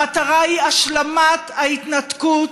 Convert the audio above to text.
המטרה היא השלמת ההתנתקות,